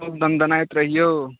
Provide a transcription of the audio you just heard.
खूब दनदनाइत रहिऔ